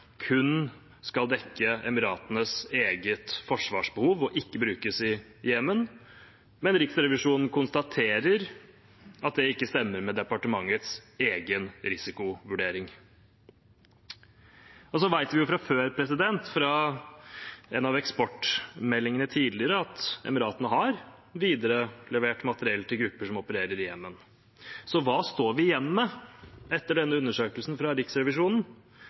kun skal dekke Emiratenes eget forsvarsbehov og ikke brukes i Jemen, men Riksrevisjonen konstaterer at det ikke stemmer med departementets egen risikovurdering. Vi vet fra før, fra en tidligere eksportmelding, at Emiratene har viderelevert materiell til grupper som opererer i Jemen. Så hva står vi igjen med etter denne undersøkelsen fra Riksrevisjonen?